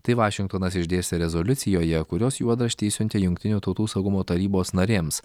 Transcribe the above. tai vašingtonas išdėstė rezoliucijoje kurios juodraštį išsiuntė jungtinių tautų saugumo tarybos narėms